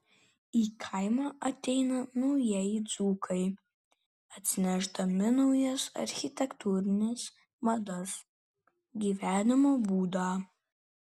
į kaimą ateina naujieji dzūkai atsinešdami naujas architektūrines madas gyvenimo būdą